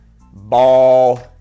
Ball